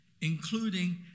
including